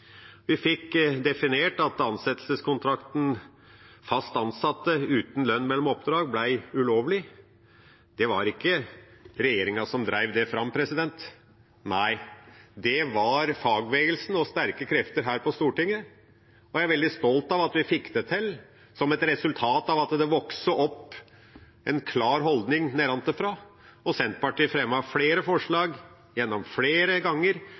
vi fikk definert fast ansettelse i arbeidsmiljøloven. Vi fikk definert at ansettelseskontrakten «fast ansatt uten lønn mellom oppdrag» ble ulovlig. Det var ikke regjeringa som drev det fram. Nei, det var fagbevegelsen og sterke krefter her på Stortinget. Jeg er veldig stolt av at vi fikk det til, som et resultat av at det vokste fram en klar holdning nedenfra. Senterpartiet fremmet flere ganger